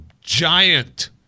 giant